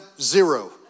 zero